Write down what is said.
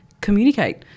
Communicate